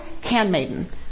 handmaiden